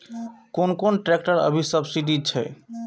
कोन कोन ट्रेक्टर अभी सब्सीडी छै?